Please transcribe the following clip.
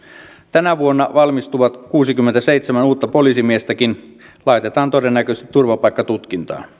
tänä vuonna valmistuvat kuusikymmentäseitsemän uutta poliisimiestäkin laitetaan todennäköisesti turvapaikkatutkintaan